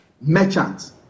merchants